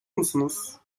mısınız